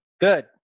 Good